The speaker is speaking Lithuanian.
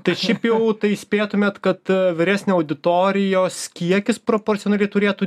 tai šiaip jau tai spėtumėt kad vyresnė auditorijos kiekis proporcionaliai turėtų